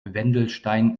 wendelstein